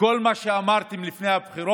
אתם לא עושים שום דבר מכל מה שאמרתם לפני הבחירות.